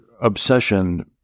obsession